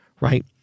Right